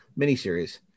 miniseries